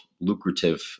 lucrative